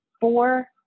four